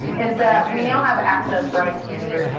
is that we now have access rights manager.